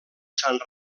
sant